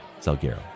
Salguero